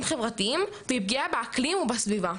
חברתיים והיא פגיעה באקלים ובסביבה.